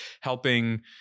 helping